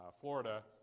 Florida